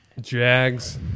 Jags